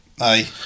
Aye